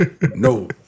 No